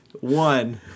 One